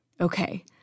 Okay